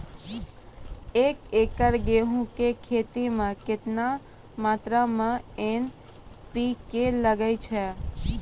एक एकरऽ गेहूँ के खेती मे केतना मात्रा मे एन.पी.के लगे छै?